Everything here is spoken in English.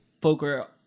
poker